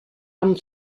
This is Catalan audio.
amb